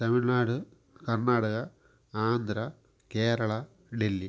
Tamil Nadu Karnataka Andhra Kerala Delhi